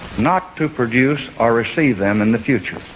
not to produce or receive them in the future.